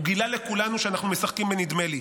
גילה לכולנו שאנחנו משחקים בנדמה לי.